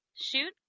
shoot